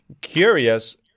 curious